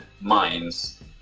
minds